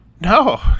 No